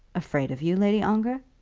afraid of you, lady ongar?